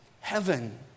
Heaven